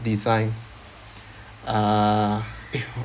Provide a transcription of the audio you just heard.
design uh eh